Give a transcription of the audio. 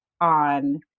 on